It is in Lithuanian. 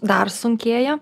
dar sunkėja